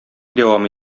дәвам